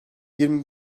yirmi